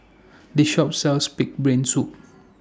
This Shop sells Pig'S Brain Soup